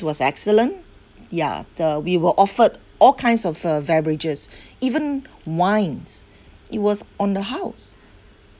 was excellent ya the we were offered all kinds of uh beverages even wines it was on the house